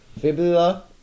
fibula